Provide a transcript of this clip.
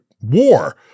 war